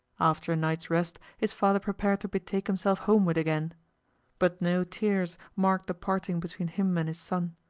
after a night's rest his father prepared to betake himself homeward again but no tears marked the parting between him and his son,